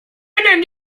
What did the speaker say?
können